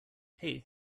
hey